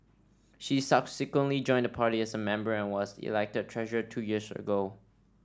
she subsequently joined the party as a member and was elected treasurer two years ago